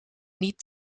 niet